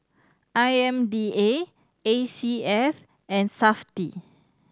I M D A A C S and Safti